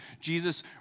Jesus